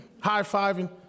high-fiving